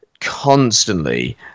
constantly